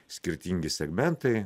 skirtingi segmentai